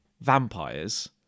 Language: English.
vampires